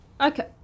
okay